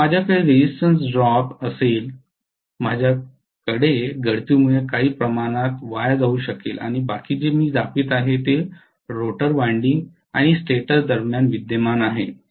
तर माझ्याकडे resistance drop असेल माझ्याकडे गळतीमुळे काही प्रमाणात वाया जाऊ शकेल आणि बाकी जे मी दाखवित आहे ते रोटर वायंडिंग आणि स्टेटर दरम्यान विद्यमान आहे